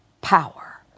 power